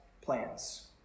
plans